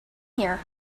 here